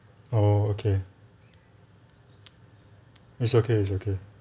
oh okay it's okay it's okay